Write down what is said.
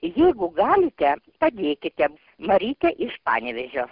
jeigu galite padėkite marytė iš panevėžio